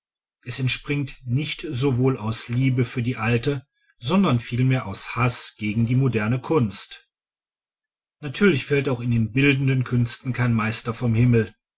es entspringt nicht sowohl aus liebe für die alte sondern vielmehr aus haß gegen die moderne kunst natürlich fällt auch in den bildenden künsten kein meister vom himmel